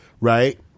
right